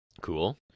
Cool